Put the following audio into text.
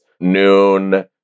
noon